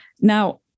Now